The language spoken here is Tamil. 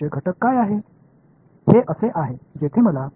இப்போது ஒரு குவாடுரேசா் விதியின் கூறுகள் யாவை